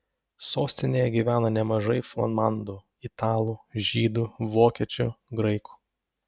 sostinėje gyvena nemažai flamandų italų žydų vokiečių graikų